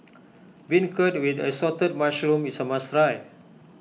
Beancurd with Assorted Mushrooms is a must try